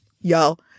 Y'all